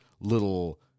little